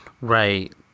Right